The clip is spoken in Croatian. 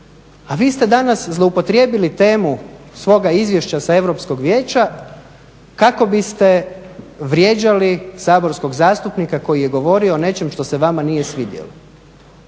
a vi ste danas zloupotrijebili temu svoga izvješća sa Europskog vijeća kako biste vrijeđali saborskog zastupnika koji je govorio o nečem što se vama nije svidjelo.